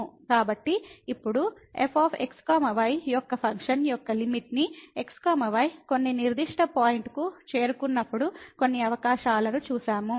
కాబట్టి ఇప్పుడు f x y యొక్క ఫంక్షన్ యొక్క లిమిట్ ని x y కొన్ని నిర్దిష్ట పాయింట్ కు చేరుకున్నప్పుడు కొన్ని అవకాశాలను చూస్తాము